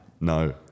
No